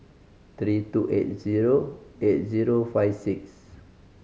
three two eight zero eight zero five six